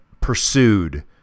pursued